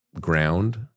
ground